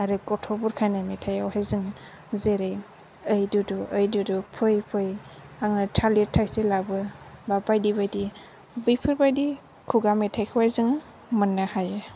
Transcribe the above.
आरो गथ' बुरखायनायाव मेथाइयावहाय जों जेरै ओइ दुदु ओइ दुदु फै फै आंनो थालिर थाइसे लाबो बा बायदि बायदि बेफोर बादि खुगा मेथाइखौहाय जोङो मोन्नो हायो